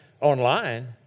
online